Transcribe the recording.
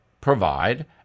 provide